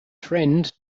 friend